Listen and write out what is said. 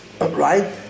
right